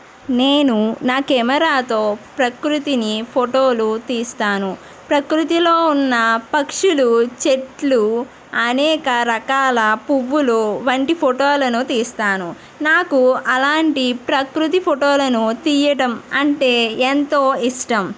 నేను నా కెమెరాతో ప్రకృతిని ఫోటోలు తీస్తాను ప్రకృతిలో ఉన్న పక్షులు చెట్లు అనేక రకాల పువ్వులు వంటి ఫోటోలను తీస్తాను నాకు అలాంటి ప్రకృతి ఫోటోలను తీయడం అంటే ఎంతో ఇష్టం